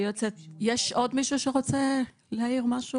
יש עוד מישהו שרוצה להעיר משהו?